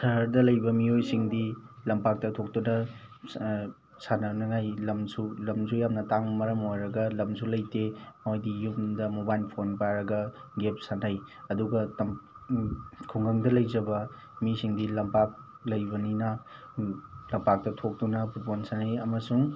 ꯁꯍꯔꯗ ꯂꯩꯕ ꯃꯤꯑꯣꯏꯁꯤꯡꯗꯤ ꯂꯝꯄꯥꯛꯇ ꯊꯣꯛꯇꯨꯅ ꯁꯥꯟꯅꯅꯤꯉꯥꯏ ꯂꯝꯁꯨ ꯂꯝꯁꯨ ꯌꯥꯝꯅ ꯇꯥꯡꯕ ꯃꯔꯝ ꯑꯣꯏꯔꯒ ꯂꯝꯁꯨ ꯂꯩꯇꯦ ꯃꯣꯏꯗꯤ ꯌꯨꯝꯗ ꯃꯣꯕꯥꯏꯜ ꯐꯣꯟ ꯄꯥꯏꯔꯒ ꯒꯦꯝ ꯁꯥꯟꯅꯩ ꯑꯗꯨꯒ ꯈꯨꯡꯒꯪꯗ ꯂꯩꯖꯕ ꯃꯤꯁꯤꯡꯗꯤ ꯂꯝꯄꯥꯛ ꯂꯩꯕꯅꯤꯅ ꯂꯝꯄꯥꯛꯇ ꯊꯣꯛꯇꯨꯅ ꯐꯨꯠꯕꯣꯜ ꯁꯥꯟꯅꯩ ꯑꯃꯁꯨꯡ